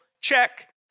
check